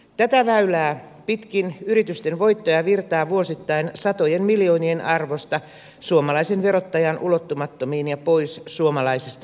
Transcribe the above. tätä väylää pitkin yritysten voittoja virtaa vuosittain satojen miljoonien arvosta suomalaisen verottajan ulottumattomiin ja pois suomalaisesta hyvinvoinnista